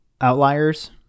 outliers